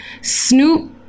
snoop